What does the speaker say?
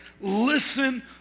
listen